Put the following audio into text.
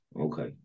Okay